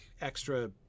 extra